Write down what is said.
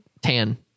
tan